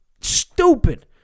stupid